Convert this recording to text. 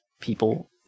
people